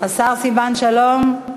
השר סילבן שלום,